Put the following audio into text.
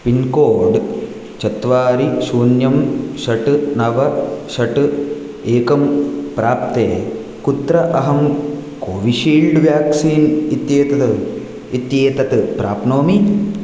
pincode चत्वारि शून्यं षट् नव षट् एकं प्रान्ते कुत्र अहं कोविशील्ड् वेक्सीन् इत्येतद् इत्येतत् प्राप्नोमि